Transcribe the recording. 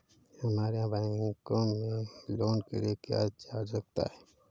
हमारे यहाँ बैंकों में लोन के लिए क्या चार्ज लगता है?